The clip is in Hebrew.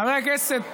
חבריי חברי הכנסת,